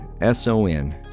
S-O-N